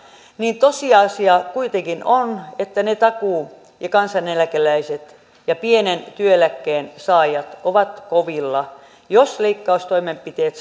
niin tosiasia kuitenkin on että ne takuu ja kansaneläkeläiset ja pienen työeläkkeen saajat ovat kovilla jos leikkaustoimenpiteet